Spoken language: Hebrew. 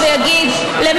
תודה.